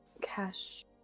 cash